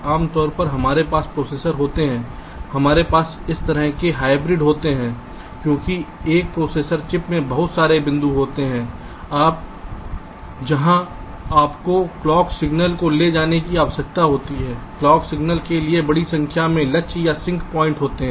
आम तौर पर हमारे पास प्रोसेसर होते हैं हमारे पास इस तरह के हाइब्रिड होते हैं क्योंकि एक प्रोसेसर चिप में बहुत सारे बिंदु होते हैं जहां आपको क्लॉक सिगनल को ले जाने की आवश्यकता होती है क्लॉक सिगनल के लिए बड़ी संख्या में लक्ष्य या सिंक पॉइंट होते हैं